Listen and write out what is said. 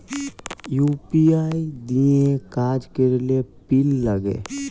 UPI দিঁয়ে কাজ ক্যরলে পিল লাগে